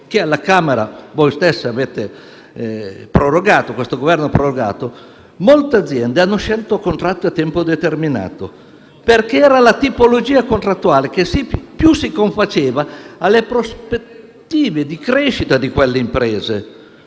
(che alla Camera lo stesso Governo ha prorogato), molte aziende hanno scelto il contratto a tempo determinato, perché era la tipologia contrattuale che più si confaceva alle prospettive di crescita di quelle imprese,